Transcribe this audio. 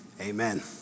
Amen